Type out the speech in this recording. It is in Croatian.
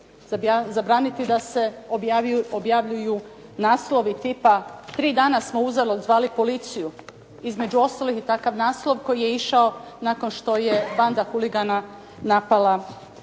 zabraniti da se objavljuju naslovi tipa “tri dana smo uzalud zvali policiju“. Između ostalog i takav naslov koji je išao nakon što je banda huligana napala